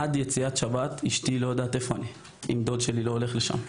עד יציאת שבת אשתי לא ידעה איפה אני אם דוד שלי לא היה הולך לשם.